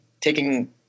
taking